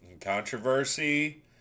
Controversy